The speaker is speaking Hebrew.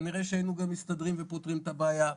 כנראה שהיינו גם מסתדרים ופותרים את הבעיה.